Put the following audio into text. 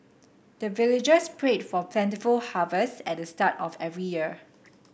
the villagers pray for plentiful harvest at the start of every year